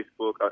Facebook